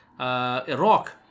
Iraq